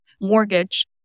mortgage